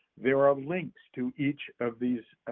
there are links to each of these